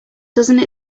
doesn’t